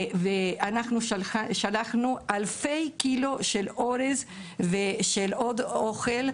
אנחנו שלחנו אלפי קילו של אורז ועוד אוכל,